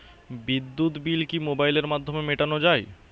বিদ্যুৎ বিল কি মোবাইলের মাধ্যমে মেটানো য়ায়?